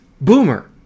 Boomer